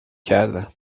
کردن